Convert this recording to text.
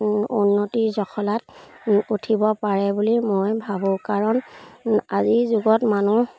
উন্নতিৰ জখলাত উঠিব পাৰে বুলি মই ভাবোঁ কাৰণ আজিৰ যুগত মানুহ